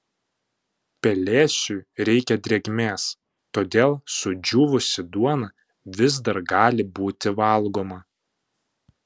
pelėsiui reikia drėgmės todėl sudžiūvusi duona vis dar gali būti valgoma